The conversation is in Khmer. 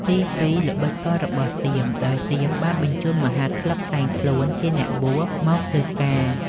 ទីពីរគឺ ល្បិចកលរបស់សៀម ដោយ សៀមបានបញ្ជូនមហាតលិកក្លែងខ្លួនជាអ្នកបួស មកស៊ើបការណ៍។